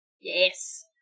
Yes